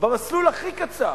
במסלול הכי קצר,